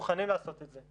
אנחנו מוכנים לעשות את זה,